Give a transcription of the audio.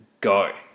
go